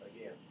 again